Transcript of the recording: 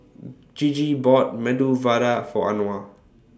Gigi bought Medu Vada For Anwar